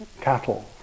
cattle